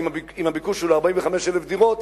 ואם הביקוש הוא ל-45,000 דירות,